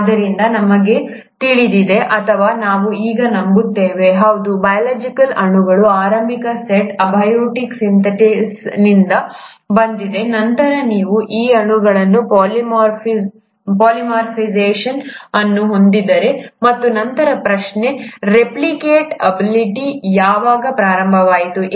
ಆದ್ದರಿಂದ ನಮಗೆ ತಿಳಿದಿದೆ ಅಥವಾ ನಾವು ಈಗ ನಂಬುತ್ತೇವೆ ಹೌದು ಬಯೋಲಾಜಿಕಲ್ ಅಣುಗಳ ಆರಂಭಿಕ ಸೆಟ್ ಅಬಿಯೋಟಿಕ್ ಸಿಂಥೆಸಿಸ್ನಿಂದ ಬಂದಿದೆ ನಂತರ ನೀವು ಈ ಅಣುಗಳ ಪಾಲಿಮರೈಝೇಷನ್ ಅನ್ನು ಹೊಂದಿದ್ದೀರಿ ಮತ್ತು ನಂತರ ಪ್ರಶ್ನೆ "ರೆಪ್ಲಿಕೇಟಿವ್ ಅಬಿಲಿಟಿ ಯಾವಾಗ ಪ್ರಾರಂಭವಾಯಿತು